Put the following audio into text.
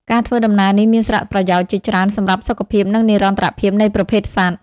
ការធ្វើដំណើរនេះមានសារៈប្រយោជន៍ជាច្រើនសម្រាប់សុខភាព និងនិរន្តរភាពនៃប្រភេទសត្វ។